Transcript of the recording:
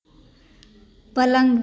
पलंग